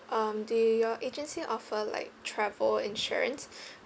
um do your agency offer like travel insurance